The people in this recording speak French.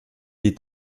est